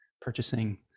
purchasing